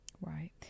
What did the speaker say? right